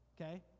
Okay